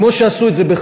כמו שעשו את זה בחריש,